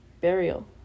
Burial